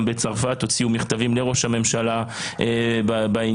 בצרפת הוציאו מכתבים לראש הממשלה בעניין.